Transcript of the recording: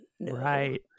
Right